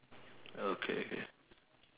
okay K